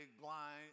blind